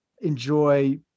enjoy